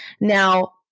Now